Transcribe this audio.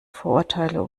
vorurteile